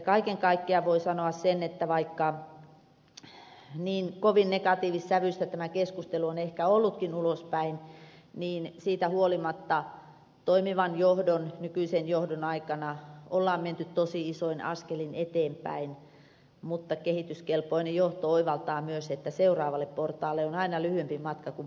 kaiken kaikkiaan voi sanoa sen että vaikka niin kovin negatiivissävyistä tämä keskustelu on ehkä ollutkin ulospäin niin siitä huolimatta nykyisen toimivan johdon aikana on menty tosi isoin askelin eteenpäin mutta kehityskelpoinen johto oivaltaa myös että seuraavalle portaalle on aina lyhyempi matka kun ponnistelee enemmän